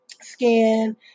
skin